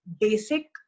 basic